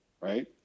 Right